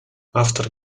автор